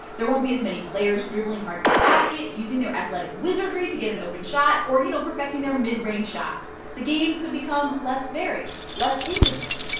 there won't be as many players dribbling hard to the basket, using their athletic wizardry to get an open shot or, you know, perfecting their mid-range shots. the game could become less varied, less interesting,